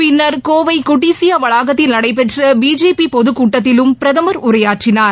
பின்னர் கோவை கொட்சியா வளாகத்தில் நடைபெற்ற பிஜேபி பொதுக் கூட்டத்திலும் பிரதமர் உரையாற்றினார்